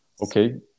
okay